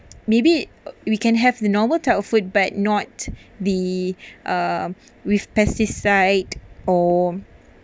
maybe we can have the normal type of food but not the uh with pesticide or